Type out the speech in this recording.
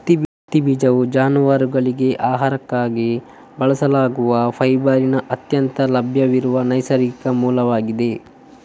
ಹತ್ತಿ ಬೀಜವು ಜಾನುವಾರುಗಳಿಗೆ ಆಹಾರಕ್ಕಾಗಿ ಬಳಸಲಾಗುವ ಫೈಬರಿನ ಅತ್ಯಂತ ಲಭ್ಯವಿರುವ ನೈಸರ್ಗಿಕ ಮೂಲವಾಗಿದೆ